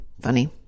funny